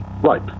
Right